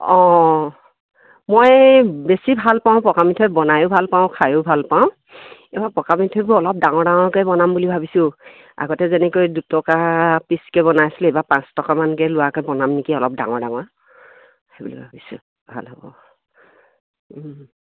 অঁ মই বেছি ভাল পাওঁ পকা মিঠৈ বনায়ো ভাল পাওঁ খায়ো ভাল পাওঁ এইবাৰ পকা মিঠৈবোৰ অলপ ডাঙৰ ডাঙৰকৈ বনাম বুলি ভাবিছোঁ আগতে যেনেকৈ দুটকা পিচকৈ বনাইছিলে এইবাৰ পাঁচটকামানকৈ লোৱাকৈ বনাম নেকি অলপ ডাঙৰ ডাঙৰ সেই বুলি ভাবিছোঁ ভাল হ'ব